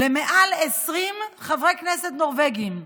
של מעל 20 חברי כנסת נורבגים,